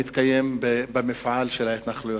שמתקיים במפעל של ההתנחלויות.